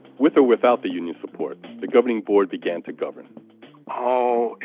with or without the union support, the governing board began to govern oh,